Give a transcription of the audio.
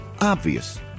Obvious